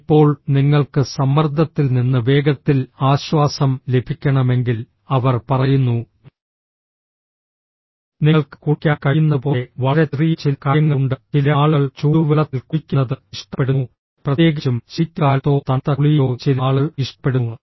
ഇപ്പോൾ നിങ്ങൾക്ക് സമ്മർദ്ദത്തിൽ നിന്ന് വേഗത്തിൽ ആശ്വാസം ലഭിക്കണമെങ്കിൽ അവർ പറയുന്നു നിങ്ങൾക്ക് കുളിക്കാൻ കഴിയുന്നതുപോലെ വളരെ ചെറിയ ചില കാര്യങ്ങളുണ്ട് ചില ആളുകൾ ചൂടുവെള്ളത്തിൽ കുളിക്കുന്നത് ഇഷ്ടപ്പെടുന്നു പ്രത്യേകിച്ചും ശൈത്യകാലത്തോ തണുത്ത കുളിയിലോ ചില ആളുകൾ ഇഷ്ടപ്പെടുന്നു